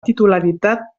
titularitat